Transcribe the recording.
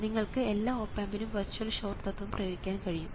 അതായത് നിങ്ങൾക്ക് എല്ലാ ഓപ് ആമ്പിനും വെർച്വൽ ഷോർട്ട് തത്വം പ്രയോഗിക്കാൻ കഴിയും